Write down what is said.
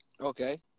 Okay